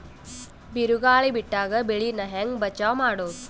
ಬಿರುಗಾಳಿ ಬಿಟ್ಟಾಗ ಬೆಳಿ ನಾ ಹೆಂಗ ಬಚಾವ್ ಮಾಡೊದು?